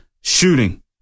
shooting